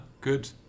good